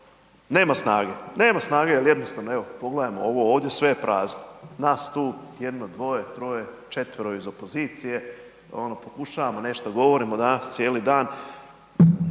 nema snage, nema snage jer jednostavno evo, pogledajmo ovo ovdje, sve je prazno. Nas tu, jedno, dvoje, troje, četvero iz opozicije, pokušavamo nešto, govorimo danas cijeli dan,